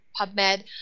PubMed